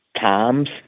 times